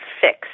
fixed